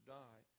die